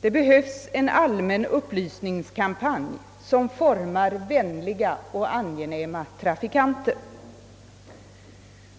Det behövs en allmän upplysningskampanj som skapar vänliga och angenäma trafikanter.